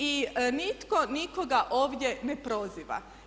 I nitko nikoga ovdje ne proziva.